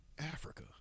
africa